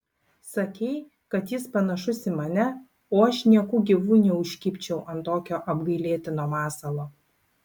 sakei kad jis panašus į mane o aš nieku gyvu neužkibčiau ant tokio apgailėtino masalo